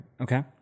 Okay